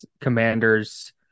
Commanders